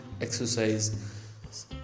exercise